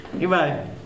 Goodbye